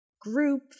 group